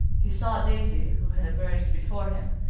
he saw daisy, who had emerged before him,